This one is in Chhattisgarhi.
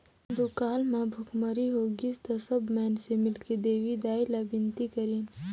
दुकाल म भुखमरी होगिस त सब माइनसे मिलके देवी दाई ला बिनती करिन